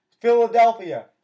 Philadelphia